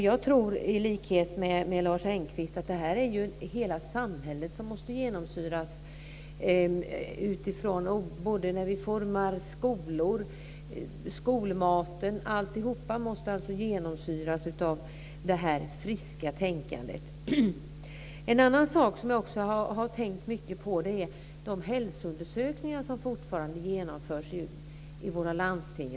Jag tror i likhet med Lars Engqvist att hela samhället måste genomsyras av detta arbete. Det gäller också när vi utformar skolor, och det gäller skolmaten. Alltihop måste genomsyras av det friska tänkandet. Jag har också tänkt mycket på de hälsoundersökningar som fortfarande genomförs i våra landsting.